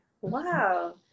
wow